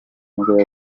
nibwo